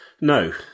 No